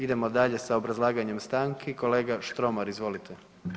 Idemo dalje sa obrazlaganjem stanki, kolega Štromar, izvolite.